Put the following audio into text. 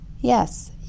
Yes